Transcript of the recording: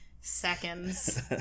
seconds